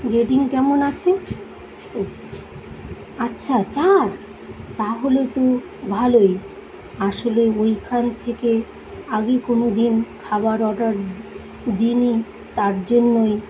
rating কেমন আছে ও আচ্ছা চার তাহলে তো ভালোই আসলে ওইখান থেকে আগে কোনো দিন খাবার অর্ডার দিই নি তার জন্যই